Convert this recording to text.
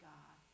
God